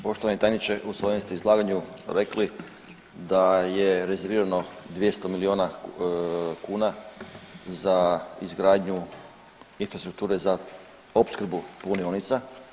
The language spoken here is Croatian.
Poštovani tajniče u svojem ste izlaganju rekli da je rezervirano 200 milijuna kuna za izgradnju infrastrukture za opskrbu punionica.